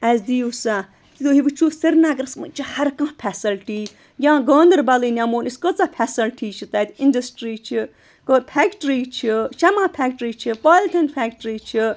اَسہِ دِیِو سا تُہۍ وٕچھو سرینَگرَس منٛز چھِ ہرکانٛہہ فیسَلٹی یا گاندَربَلٕے نِمون أسۍ کۭژاہ فیسَلٹی چھِ تَتہِ اِنڈَسٹِرٛی چھِ فیکٹرٛی چھِ شَمع فیکٹرٛی چھِ پالتھیٖن فیکٹرٛی چھِ